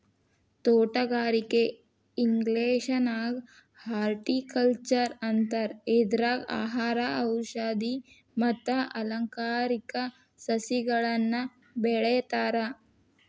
ತೋಟಗಾರಿಕೆಗೆ ಇಂಗ್ಲೇಷನ್ಯಾಗ ಹಾರ್ಟಿಕಲ್ಟ್ನರ್ ಅಂತಾರ, ಇದ್ರಾಗ ಆಹಾರ, ಔಷದಿ ಮತ್ತ ಅಲಂಕಾರಿಕ ಸಸಿಗಳನ್ನ ಬೆಳೇತಾರ